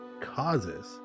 causes